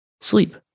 sleep